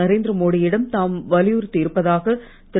நரேந்திர மோடியிடம் தாம் வலியுறுத்தி இருப்பதாக திரு